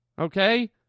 Okay